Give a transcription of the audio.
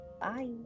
Bye